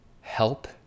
Help